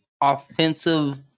offensive